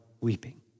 weeping